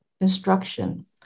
instruction